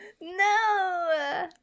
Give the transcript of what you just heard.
No